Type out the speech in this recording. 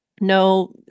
no